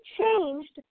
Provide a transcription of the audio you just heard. changed